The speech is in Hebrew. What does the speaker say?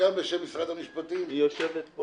יושבת פה